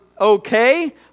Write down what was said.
okay